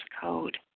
code